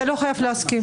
אתה לא חייב להסכים.